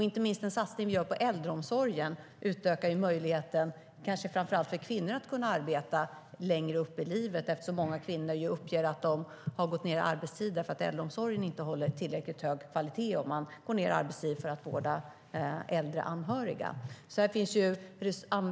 Inte minst den satsning vi gör på äldreomsorgen ökar möjligheten, kanske framför allt för kvinnor, att arbeta längre i livet. Många kvinnor uppger ju att de har gått ned i arbetstid därför att äldreomsorgen inte håller tillräckligt hög kvalitet. De går ned i arbetstid för att vårda äldre anhöriga.